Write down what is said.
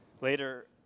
Later